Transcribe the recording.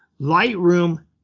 Lightroom